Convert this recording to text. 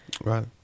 Right